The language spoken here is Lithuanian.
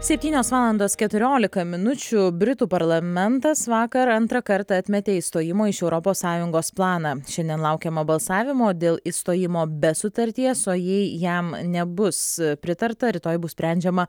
septynios valandos keturiolika minučių britų parlamentas vakar antrą kartą atmetė išstojimo iš europos sąjungos planą šiandien laukiama balsavimo dėl išstojimo be sutarties o jei jam nebus pritarta rytoj bus sprendžiama